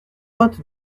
vingt